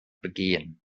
begehen